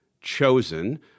chosen